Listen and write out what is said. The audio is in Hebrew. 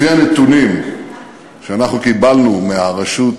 לפי הנתונים שאנחנו קיבלנו מהרשות,